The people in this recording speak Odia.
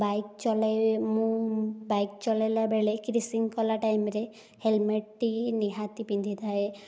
ବାଇକ୍ ଚଲାଏ ମୁଁ ବାଇକ୍ ଚଲାଇଲା ବେଳେ କି ରେସିଂ କଲା ଟାଇମ୍ ରେ ହେଲେମେଟ୍ ଟି ନିହାତି ପିନ୍ଧିଥାଏ